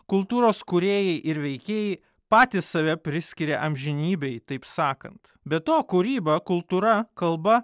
kultūros kūrėjai ir veikėjai patys save priskiria amžinybei taip sakant be to kūryba kultūra kalba